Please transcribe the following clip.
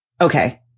okay